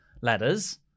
letters